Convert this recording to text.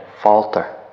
falter